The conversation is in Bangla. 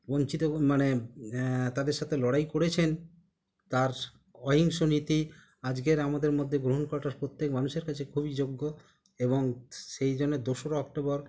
বঞ্চিত মানে তাদের সাথে লড়াই করেছেন তার অহিংস নীতি আজকের আমাদের মধ্যে গ্রহণ করাটা প্রত্যেক মানুষের কাছে খুবই যোগ্য এবং সেই জন্য দোসরা অক্টোবর